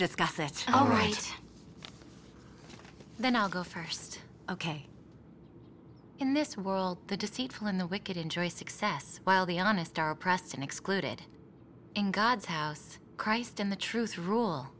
discuss it all right then i'll go first ok in this world the deceitful and the wicked enjoy success while the honest are oppressed and excluded in god's house christ in the truth rule